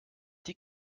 dick